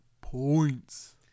points